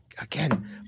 again